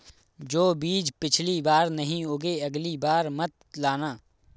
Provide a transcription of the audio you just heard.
जो बीज पिछली बार नहीं उगे, अगली बार मत लाना